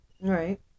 Right